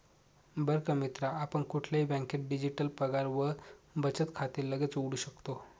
बर का मित्रा आपण कुठल्याही बँकेत डिजिटल पगार व बचत खाते लगेच उघडू शकतो